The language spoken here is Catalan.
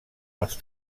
els